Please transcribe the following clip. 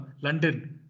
London